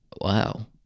wow